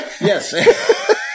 Yes